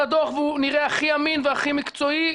הדוח והוא נראה הכי אמין והכי מקצועי.